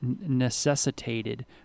necessitated